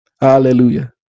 Hallelujah